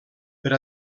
per